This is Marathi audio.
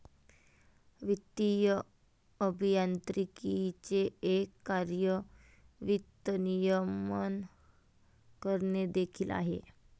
वित्तीय अभियांत्रिकीचे एक कार्य वित्त नियमन करणे देखील आहे